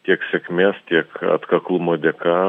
tiek sėkmės tiek atkaklumo dėka